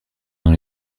dans